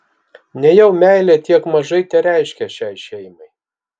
nejau meilė tiek mažai tereiškia šiai šeimai